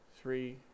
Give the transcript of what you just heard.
three